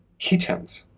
ketones